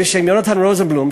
יונתן רוזנבלום,